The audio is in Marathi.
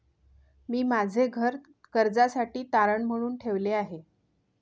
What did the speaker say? मी माझे घर कर्जासाठी तारण म्हणून ठेवले आहे